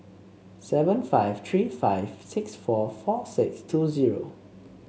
seven five three five six four four six two zero